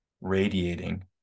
radiating